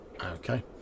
Okay